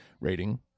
rating